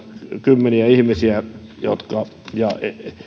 kymmeniä ihmisiä